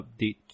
update